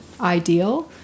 ideal